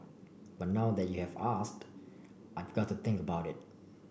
but now that you have asked I've got to think about it